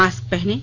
mask पहनें